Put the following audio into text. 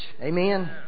Amen